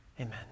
Amen